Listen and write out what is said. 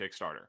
Kickstarter